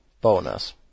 Bonus